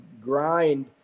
grind